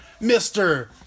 Mr